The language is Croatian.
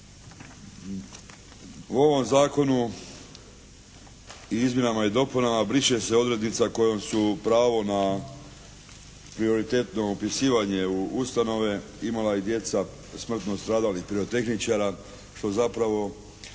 U ovom zakonu i izmjenama i dopunama briše se odrednica kojom su pravo na prioritetno upisivanje u ustanove imala i djeca smrtno stradalih pirotehničara što zapravo